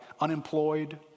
Unemployed